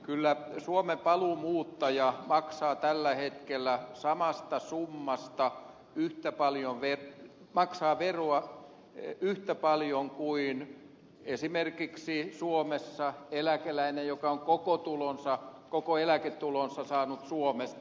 kyllä suomen paluumuuttaja maksaa tällä hetkellä samasta suu maistaa yhtä paljon vie maksaa vierula veroa yhtä paljon kuin esimerkiksi suomessa eläkeläinen joka on koko eläketulonsa saanut suomesta